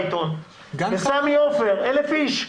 בסמי עופר, 1,000 איש.